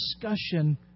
discussion